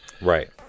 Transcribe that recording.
Right